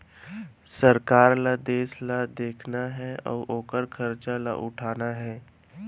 सरकार ल देस ल देखना हे अउ ओकर खरचा ल उठाना हे